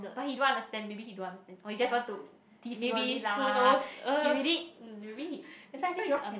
but he don't understand maybe he don't understand or he just want to tease you only lah he already mm really that's why you all can